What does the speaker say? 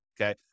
okay